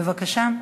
בבקשה.